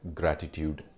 gratitude